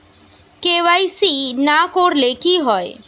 KYC না করলে কি হয়?